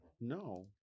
No